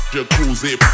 Jacuzzi